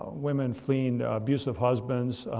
women fleeing abusive husbands,